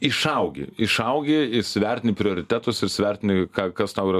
išaugi išaugi įsivertini prioritetus ir įsivertini ką kas tau yra